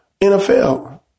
NFL